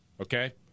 Okay